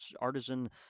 artisan